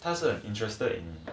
他是 interested in